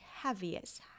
heaviest